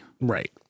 Right